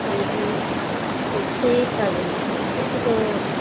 ਹਾਂਜੀ ਠੀਕ ਆ ਜੀ ਤੁਸੀਂ ਕਿਵੇਂ ਹੋ ਜੀ